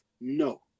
no